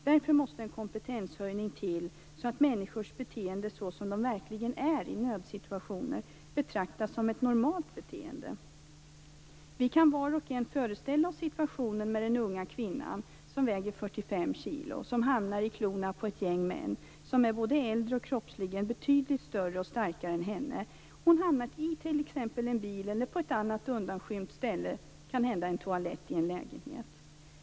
Därför måste en kompetenshöjning till så att människors beteende, så som det verkligen är i nödsituationer, betraktas som ett normalt beteende. Vi kan var och en föreställa oss situationen med den unga kvinnan, som väger 45 kilo och som hamnar i klorna på ett gäng män, vilka är äldre och kroppsligen både större och starkare än hon. Hon hamnar i t.ex. en bil eller på ett annat undanskymt ställe, kanhända en toalett i en lägenhet.